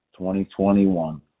2021